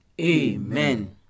Amen